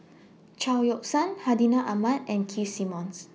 Chao Yoke San Hartinah Ahmad and Keith Simmons